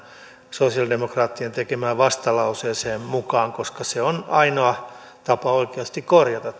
sosiaalidemokraattien tekemään vastalauseeseen mukaan koska se on ainoa tapa oikeasti korjata